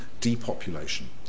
depopulation